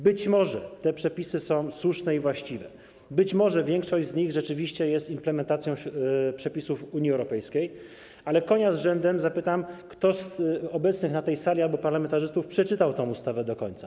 Być może te przepisy są słuszne i właściwe, być może większość z nich rzeczywiście jest implementacją przepisów Unii Europejskiej, ale konia z rzędem temu, kto z obecnych na tej sali parlamentarzystów przeczytał tę ustawę do końca.